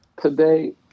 today